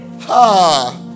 Ha